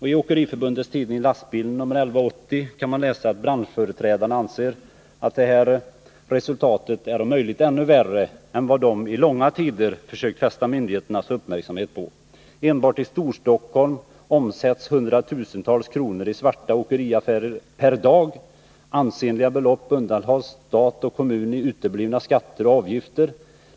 I Åkeriförbundets tidning Lastbilen nr 11 år 1980 kan man läsa att branschföreträdarna anser att det här resultatet är om möjligt ännu värre än vad de i långa tider försökt fästa myndigheternas uppmärksamhet på. Enbart i Storstockholm omsätts hundratusentals kronor i svarta åkeriaffärer per dag! Ansenliga belopp undanhålls stat och kommun i uteblivna skatter och avgifter.